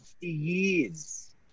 years